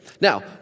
Now